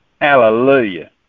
Hallelujah